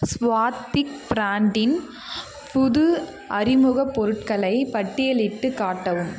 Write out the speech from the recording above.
ஸ்வாத்திக் ப்ராண்டின் புது அறிமுகப் பொருட்களை பட்டியலிட்டுக் காட்டவும்